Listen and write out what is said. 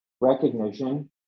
recognition